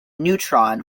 neutron